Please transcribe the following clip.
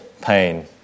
pain